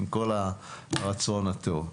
עם כל הרצון הטוב.